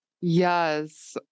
Yes